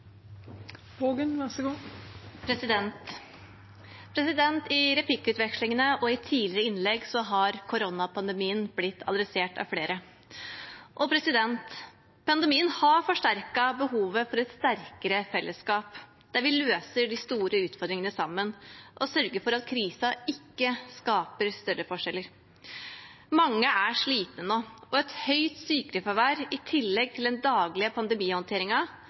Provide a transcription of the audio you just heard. I replikkutvekslingene og i tidligere innlegg har koronapandemien blitt adressert av flere. Pandemien har forsterket behovet for et sterkere fellesskap, der vi løser de store utfordringene sammen og sørger for at krisen ikke skaper større forskjeller. Mange er slitne nå, og et høyt sykefravær i tillegg til den daglige